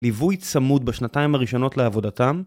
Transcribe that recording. ליווי צמוד בשנתיים הראשונות לעבודתם